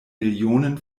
millionen